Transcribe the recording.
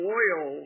oil